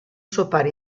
sopar